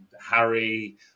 Harry